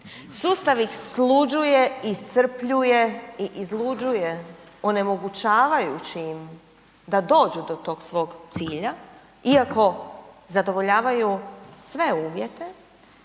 sustav ih sluđuje, iscrpljuje i izluđuje onemogućavajući im da dođu do tog svog cilja iako zadovoljavaju sve uvjete